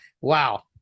Wow